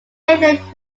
nathan